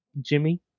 Jimmy